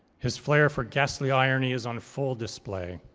his flare for ghastly irony is on full display.